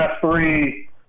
three